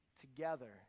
Together